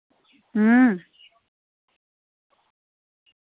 हां